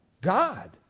God